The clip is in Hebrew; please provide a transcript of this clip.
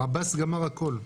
עבאס גמר הכול.